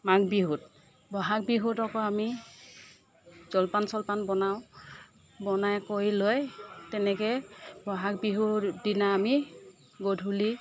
মাঘ বিহুত বহাগ বিহুত অকৌ আমি জলপান চলপান বনাওঁ বনাই কৰি লৈ তেনেকৈ বহাগ বিহুৰ দিনা আমি গধূলি